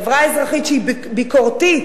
חברה אזרחית שהיא ביקורתית,